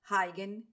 Heigen